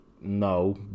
no